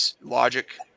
logic